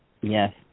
yes